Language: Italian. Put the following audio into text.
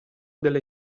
delle